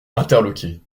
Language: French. interloqué